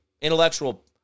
intellectual